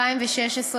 התשע"ו 2016,